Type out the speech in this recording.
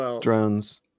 Drones